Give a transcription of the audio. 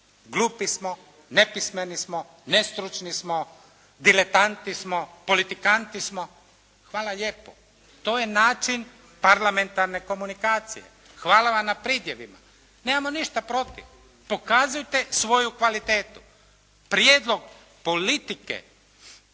Glupi smo, nepismeni smo, nestručni smo, diletantni smo, politikanti smo, hvala lijepo. To je način parlamentarne komunikacije. Hvala vam na pridjevima, nemamo ništa protiv. Pokazujete svoju kvalitetu. Prijedlog politike